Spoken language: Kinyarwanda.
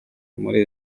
muri